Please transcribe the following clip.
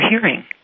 hearing